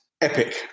epic